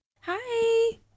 Hi